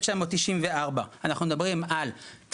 מאיפה הנתונים שלך?